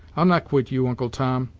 i'll not quit you, uncle tom,